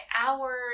hours